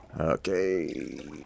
Okay